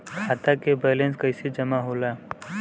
खाता के वैंलेस कइसे जमा होला?